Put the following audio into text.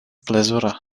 plezura